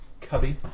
cubby